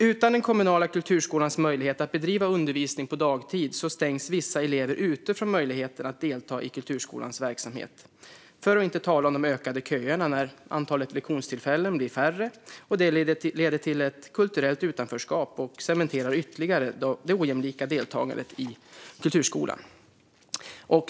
Utan den kommunala kulturskolans möjlighet att bedriva undervisning på dagtid stängs vissa elever ute från möjligheten att delta i kulturskolans verksamhet, för att inte tala om de ökade köerna när lektionstillfällena blir färre. Det leder till ett kulturellt utanförskap och cementerar ytterligare det ojämlika deltagandet i kulturskolan.